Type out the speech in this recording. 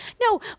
No